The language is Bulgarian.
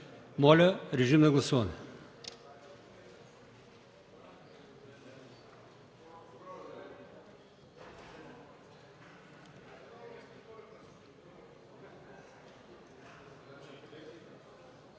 Моля, режим на гласуване.